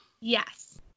Yes